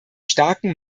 starken